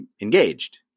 engaged